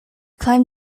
climb